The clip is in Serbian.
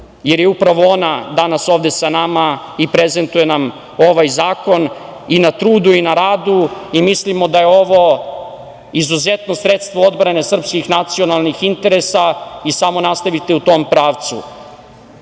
jer je upravo ona danas ovde sa nama i prezentuje nam ovaj zakon, i na trudu i na radu i mislimo da je ovo izuzetno sredstvo odbrane srpskih nacionalnih interesa, i samo nastavite u tom pravcu. Na